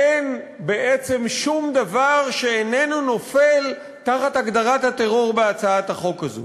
אין בעצם שום דבר שאיננו נופל תחת הגדרת הטרור בהצעת החוק הזו.